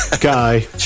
Guy